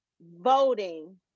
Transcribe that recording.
voting